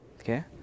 Okay